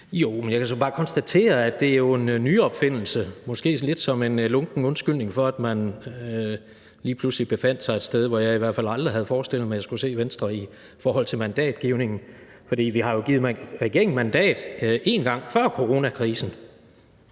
(RV): Jeg kan så bare konstatere, at det jo er en nyopfindelse, måske lidt som en lunken undskyldning for, at man lige pludselig befandt sig et sted, hvor jeg i hvert fald aldrig havde forestillet mig at jeg skulle se Venstre i forhold til mandatgivningen. For vi har jo givet regeringen et mandat én gang før coronakrisen,